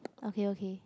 okay okay